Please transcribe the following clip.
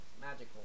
magical